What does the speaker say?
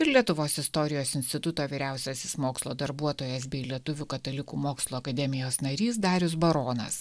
ir lietuvos istorijos instituto vyriausiasis mokslo darbuotojas bei lietuvių katalikų mokslo akademijos narys darius baronas